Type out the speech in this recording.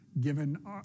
given